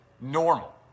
normal